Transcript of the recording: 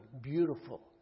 beautiful